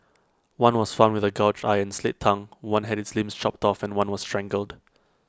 one was found with A gouged eye and slit tongue one had its limbs chopped off and one was strangled